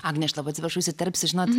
agne aš labai atsiprašau įsiterpsiu žinot